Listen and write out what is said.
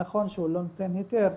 נכון שהוא לא נותן היתר,